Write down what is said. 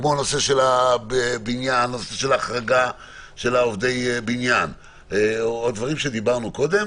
כמו הנושא של ההחרגה של עובדי בניין או דברים שדיברנו קודם